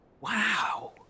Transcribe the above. Wow